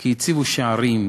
כי הציבו שערים,